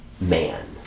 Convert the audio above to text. man